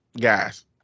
guys